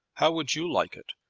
how would you like it?